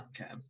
Okay